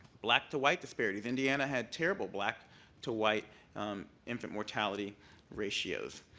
black to white disparities. indiana had terrible black to white infant mortality ratios.